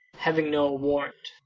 having no warrant.